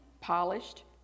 polished